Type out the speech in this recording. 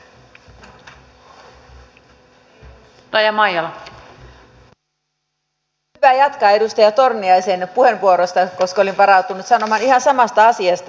on hyvä jatkaa edustaja torniaisen puheenvuorosta koska olin varautunut sanomaan ihan samasta asiasta